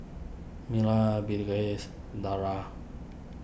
Melur Balqis Dara